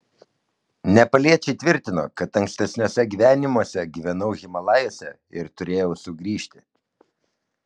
nepaliečiai tvirtino kad ankstesniuose gyvenimuose gyvenau himalajuose ir turėjau sugrįžti